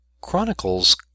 Chronicles